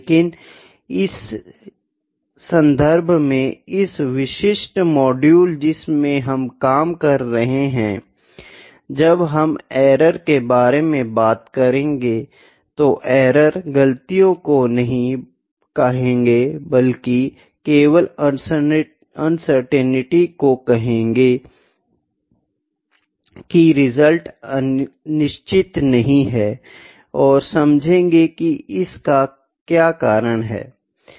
लेकिन इस संदर्भ में इस विशिष्ट मॉड्यूल जिसमें हम काम कर रहे है जब हम एरर के बारे में बात करेंगे तो एरर गलतियों को नहीं कहेगे बल्कि केवल अनसर्टेनिटी को कहेगे कि परिणाम निश्चित नहीं हैं और समझेंगे की इस का क्या कारण है